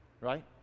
right